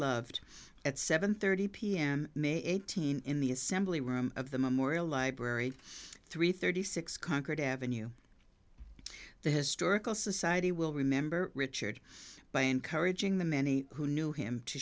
loved at seven thirty pm may eighteenth in the assembly room at the memorial library three thirty six concord avenue the historical society will remember richard by encouraging the many who knew him to